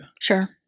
Sure